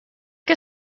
que